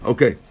Okay